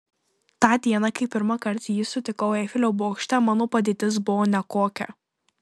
tą dieną kai pirmąkart jį sutikau eifelio bokšte mano padėtis buvo nekokia